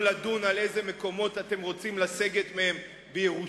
לא לדון מאילו מקומות אתם רוצים לסגת בירושלים.